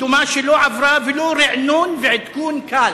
דומה שלא עברו ולו רענון ועדכון קל.